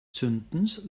zündens